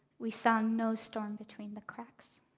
we saw no storm between the cracks,